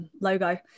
logo